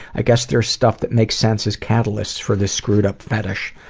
i guess there's stuff that makes sense as catalyst for this screwed up fetish.